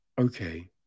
okay